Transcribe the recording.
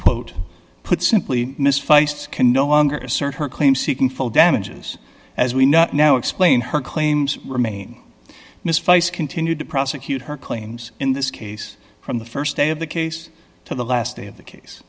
quote put simply miss feist's can no longer assert her claim seeking full damages as we know now explain her claims remain miss face continued to prosecute her claims in this case from the st day of the case to the last day of the case